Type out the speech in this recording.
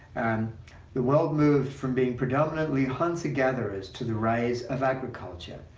um the world moved from being predominantly hunter-gatherers to the rise of agriculture,